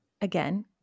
again